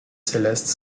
célestes